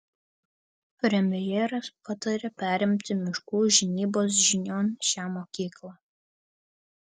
premjeras patarė perimti miškų žinybos žinion šią mokyklą